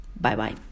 Bye-bye